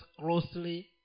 closely